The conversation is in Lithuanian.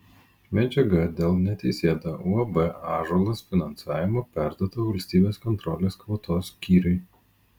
medžiaga dėl neteisėto uab ąžuolas finansavimo perduota valstybės kontrolės kvotos skyriui